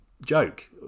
joke